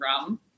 rum